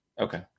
Okay